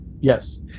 Yes